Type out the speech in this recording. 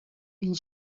une